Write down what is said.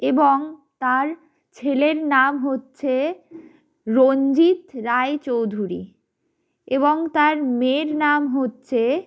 এবং তার ছেলের নাম হচ্ছে রঞ্জিত রায় চৌধুরী এবং তার মেয়ের নাম হচ্ছে